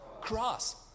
Cross